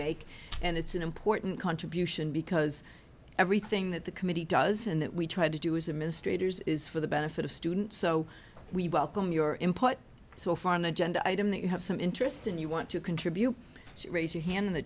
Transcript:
make and it's an important contribution because everything that the committee does and that we try to do is a ministry is for the benefit of students so we welcome your input so far an agenda item that you have some interest in you want to contribute to raise your hand in the